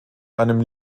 einem